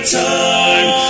time